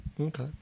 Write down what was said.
Okay